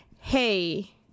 hey